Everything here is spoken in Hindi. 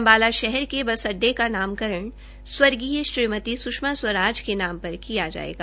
अम्बाला शहर के बस अड्डे का नामकरण स्वर्गीय श्रीमती स्षमा स्वराज के नाम पर किया जायेगा